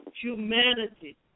humanity